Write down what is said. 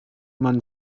man